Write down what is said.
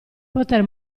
poter